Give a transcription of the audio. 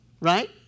Right